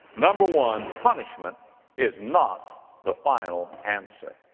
number one, punishment is not the final answer.